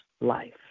life